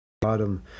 bottom